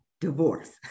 divorce